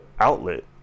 outlet